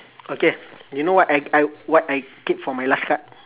okay you know what I I what I keep for my last card